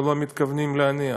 ולא מתכוונים להניח.